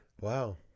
Wow